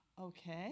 okay